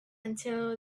until